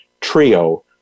trio